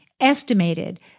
estimated